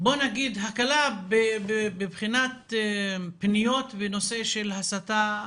בוא נגיד הקלה בבחינת פניות בנושא של הסתה,